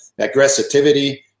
aggressivity